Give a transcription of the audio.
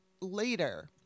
later